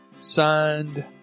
Signed